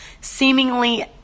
seemingly